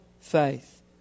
faith